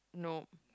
nope